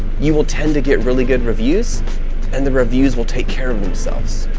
you will tend to get really good reviews and the reviews will take care of themselves.